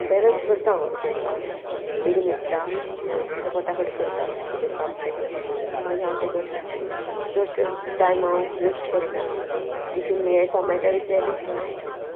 balance करता हांव ताचें काम बेगीन उडटा तें फटाफट करता म्हाजें काम सगलें मागीर हांव तें करता चड टायम हांव वेस्ट करिना तितून हें सामाळटा बी तेंय बी सामाळटा